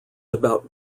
about